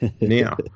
Now